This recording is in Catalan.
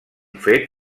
fet